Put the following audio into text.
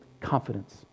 confidence